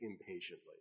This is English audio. impatiently